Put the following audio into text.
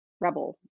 rebel